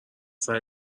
سعی